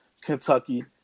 Kentucky